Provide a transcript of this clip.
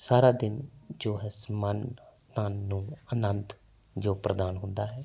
ਸਾਰਾ ਦਿਨ ਜੋ ਹੈ ਸਮਾਨ ਤੁਹਾਨੂੰ ਆਨੰਦ ਜੋ ਪ੍ਰਦਾਨ ਹੁੰਦਾ ਹੈ